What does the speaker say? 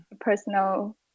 personal